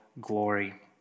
glory